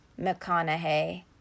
McConaughey